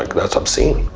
that's obscene.